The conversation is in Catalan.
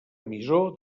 emissor